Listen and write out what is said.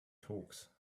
talks